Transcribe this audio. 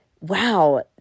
wow